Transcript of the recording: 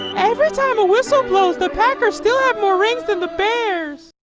every time a whistle blows the packers still have more rings than the bears.